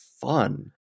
fun